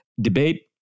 debate